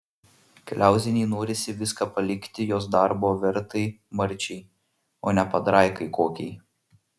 kliauzienei norisi viską palikti jos darbo vertai marčiai o ne padraikai kokiai